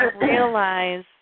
realize